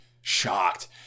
shocked